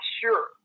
sure